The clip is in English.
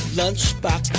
lunchbox